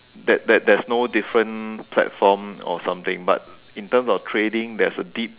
there there there's no different platform or something but but in terms of trading there's a deep